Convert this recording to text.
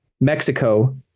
Mexico